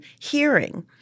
hearing